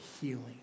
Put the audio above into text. healing